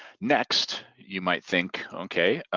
next, you might think, okay,